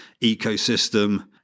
ecosystem